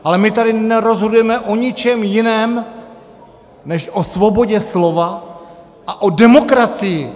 Ale my tady nerozhodujeme o ničem jiném než o svobodě slova a o demokracii.